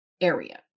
area